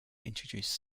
introduce